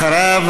ענת, תעשי טובה.